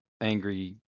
angry